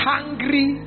Hungry